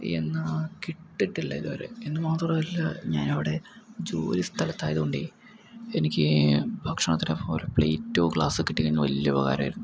എന്നാൽ കിട്ടീട്ടില്ല ഇതുവരെ എന്ന് മാത്രമല്ല ഞാനിവിടെ ജോലി സ്ഥലത്തായത് കൊണ്ട് എനിക്ക് ഭക്ഷണത്തിൻ്റെ ഒപ്പം ഓരോ പ്ലേറ്റോ ഗ്ലാസ്സോ കിട്ടിയെങ്കിൽ വലിയ ഉപകാരം ആയിരുന്നു